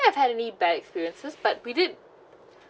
I've had any bad experiences but we did